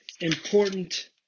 important